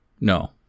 No